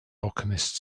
alchemist